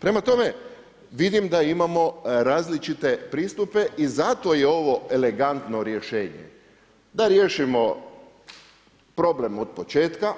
Prema tome, vidim da imamo različite pristupe i zato je ovo elegantno rješenje, da riješimo problem od početka,